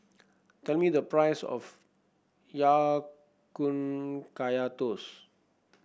tell me the price of Ya Kun Kaya Toast